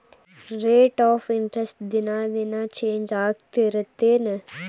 rate of interest ದಿನಾ ದಿನಾ change ಆಗ್ತಿರತ್ತೆನ್